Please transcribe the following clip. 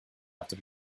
after